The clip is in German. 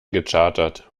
gechartert